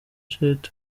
jett